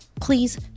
Please